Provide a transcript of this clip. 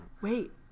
wait